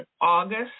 August